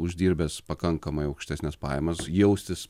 uždirbęs pakankamai aukštesnes pajamas jaustis